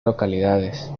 localidades